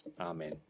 amen